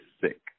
sick